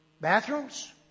bathrooms